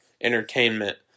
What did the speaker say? entertainment